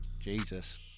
Jesus